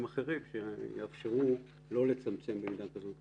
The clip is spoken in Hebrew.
אחרים שיאפשרו לא לצמצם במידה כזו רכש.